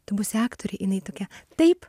tu būsi aktorė jinai tokia taip